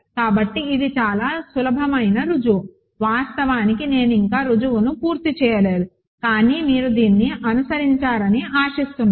కాబట్టి ఇది చాలా సులభమైన రుజువు వాస్తవానికి నేను ఇంకా రుజువును పూర్తి చేయలేదు కానీ మీరు దీన్ని అనుసరించారని ఆశిస్తున్నాను